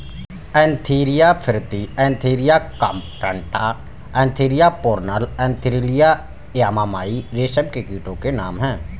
Antheraea frithi Antheraea compta Antheraea pernyi Antheraea yamamai रेशम के कीटो के नाम हैं